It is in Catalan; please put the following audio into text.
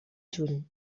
juny